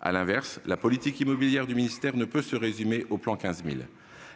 À l'inverse, la politique immobilière du ministère ne peut se résumer au « plan 15 000 ».